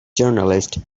journalist